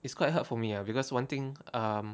it's quite hard for me ah because one thing um